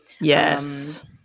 Yes